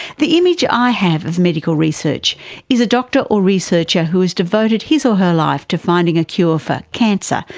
the image i have of medical research is a doctor or researcher who has devoted his or her life to finding a cure for cancer,